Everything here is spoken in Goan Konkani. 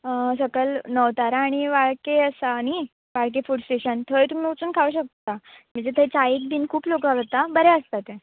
सकल नवतारा आनी वाळके आसा न्ही वाळके फूड स्टेशन थंय तुमी वचून खावं शकता म्हणजे थंय चायेक बीन खूब लोकां वता बरें आसता तें